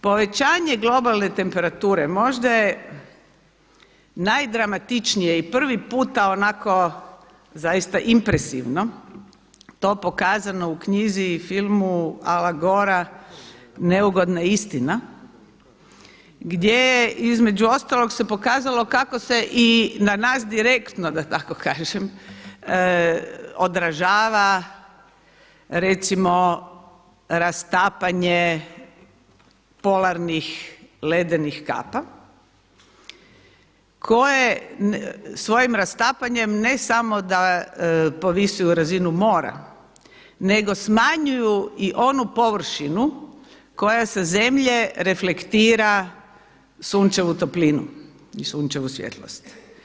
Povećanje globalne temperature možda je najdramatičnije i prvi puta onako zaista impresivno to pokazano u knjizi i filmu Ala Gorea „Neugodna istina“ gdje između ostalog se pokazalo kako se i na nas direktno da tako kažem odražava recimo rastapanje polarnih ledenih kapa koje svojim rastapanjem ne samo da povisuju razinu mora nego smanjuju i onu površinu koja sa zemlje reflektira sunčevu toplinu i sunčevu svjetlost.